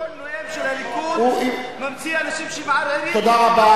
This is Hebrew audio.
כל נואם של הליכוד ממציא אנשים שמערערים, הממשלה.